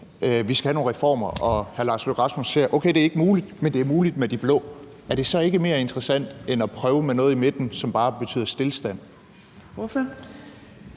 vi skal have nogle reformer, og hr. Lars Løkke Rasmussen ser, at det ikke er muligt, men at det er muligt med de blå, er det så ikke mere interessant end at prøve med noget i midten, som bare betyder stilstand?